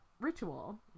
ritual